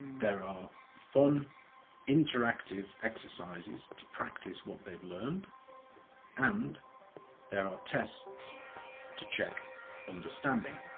there are fun interactive exercises to practise what they've learned and there are tests to check understanding.